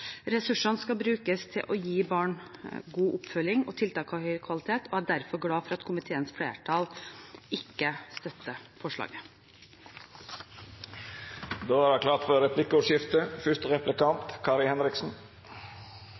Ressursene skal brukes til å gi barn god oppfølging og tiltak av høy kvalitet, og jeg er derfor glad for at komiteens flertall ikke støtter forslaget. Det vert replikkordskifte. Det er gledelig å høre at regjeringa av og til er opptatt av byråkrati – det